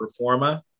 performa